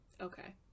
Okay